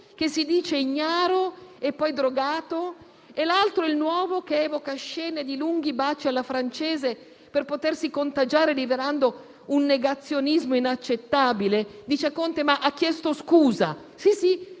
si dice ignaro e poi drogato, mentre l'altro, il nuovo, evoca scene di lunghi baci alla francese per potersi contagiare, rivelando un negazionismo inaccettabile. Dice Conte che ha chiesto scusa. Sì, sì,